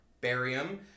barium